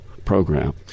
Program